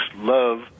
love